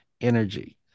energy